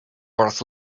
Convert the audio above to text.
worth